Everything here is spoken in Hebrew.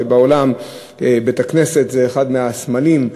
בעולם בית-הכנסת הוא אחד הסמלים,